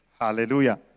Hallelujah